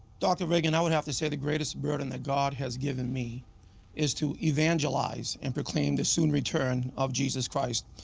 dr. reagan i would have to say the greatest burden that god has given me is to evangelize and proclaim the soon return of jesus christ.